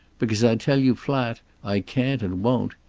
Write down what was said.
because i tell you flat, i can't and won't.